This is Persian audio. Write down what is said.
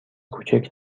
کوچک